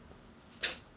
that one shag ah